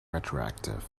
retroactive